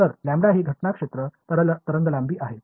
तर λ ही घटना क्षेत्र तरंगलांबी आहे